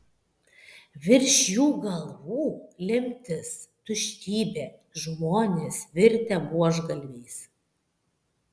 virš jų galvų lemtis tuštybė žmonės virtę buožgalviais